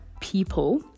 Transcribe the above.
people